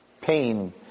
pain